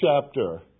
chapter